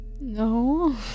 no